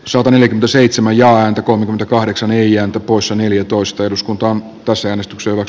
sopanen seitsemän ja antakoon kahdeksan eijan tupossa neljätoista eduskuntaan toiseen istuksivat